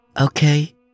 Okay